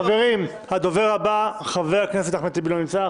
חברים, הדובר הבא, חבר הכנסת אחמד טיבי לא נמצא.